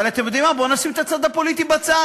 אבל אתם יודעים מה, בואו נשים את הצד הפוליטי בצד.